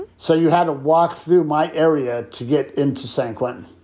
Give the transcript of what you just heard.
so you had to walk through my area to get into san quentin.